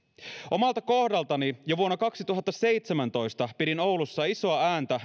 omalta kohdaltani jo vuonna kaksituhattaseitsemäntoista ennen kuntavaaleja pidin oulussa isoa ääntä